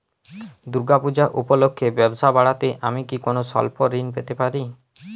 দূর্গা পূজা উপলক্ষে ব্যবসা বাড়াতে আমি কি কোনো স্বল্প ঋণ পেতে পারি?